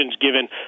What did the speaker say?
given